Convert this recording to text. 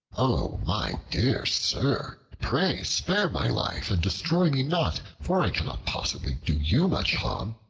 o my dear sir, pray spare my life, and destroy me not, for i cannot possibly do you much harm.